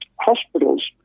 hospitals